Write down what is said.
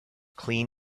clean